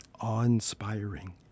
awe-inspiring